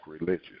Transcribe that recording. religious